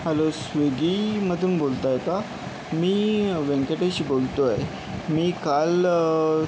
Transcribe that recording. hello स्विगीमधून बोलता आहे का मी व्यंकटेश बोलतोय मी काल